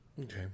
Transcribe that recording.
Okay